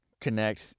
connect